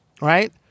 Right